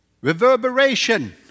reverberation